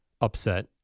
upset